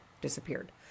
disappeared